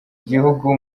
igihugu